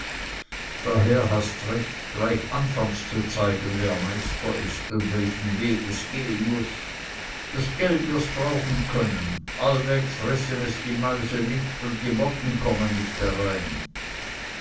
daher hast recht gleich anfangs zu zeigen wer meister ist und welchen weg es gehen muß das geld wirst brauchen können allweg fressen es die mäuse nicht und die motten kommen nicht